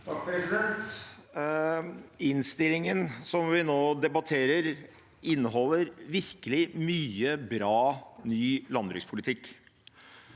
(MDG) Innstillingen som vi nå debatterer, inneholder virkelig mye bra ny landbrukspolitikk.